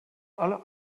alle